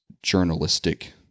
Journalistic